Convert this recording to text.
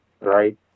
Right